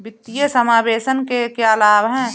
वित्तीय समावेशन के क्या लाभ हैं?